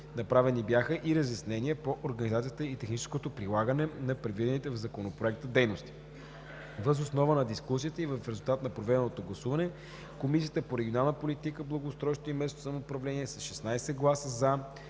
Направени бяха и разяснения по организацията и техническото прилагане на предвидените в Законопроекта дейности. Въз основа на дискусията и в резултат на проведеното гласуване Комисията по регионална политика, благоустройство и местно самоуправление с 16 гласа